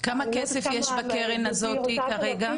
כמה כסף יש בקרן הזו כרגע?